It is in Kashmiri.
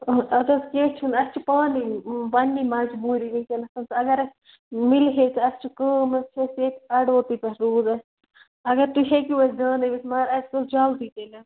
اَدٕ حظ کیٚنٛہہ چھُنہٕ اسہِ چھِ پانٔے پَننی مجبوٗری وُنٛکیٚس اگر اسہِ میلہِ ہا تہٕ اسہِ چھِ کٲم حظ چھِ اسہِ ییٚتہِ اَڈوُتٕے پٮ۪ٹھ روٗز اسہِ اَگر تُہۍ ہیٚکِو اسہِ دیٛاونٲیِتھ مگر اسہِ گٔژھ جلدی تیٚلہِ